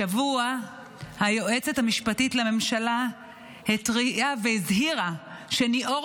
השבוע היועצת המשפטית לממשלה התריעה והזהירה שניעור